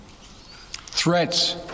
Threats